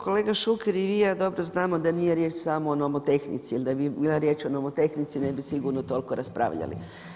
Kolega Šuker i ja dobro znamo da nije riječ samo o nomotehnici, jer da bi bila riječ o nomotehnici ne bi sigurno toliko raspravljali.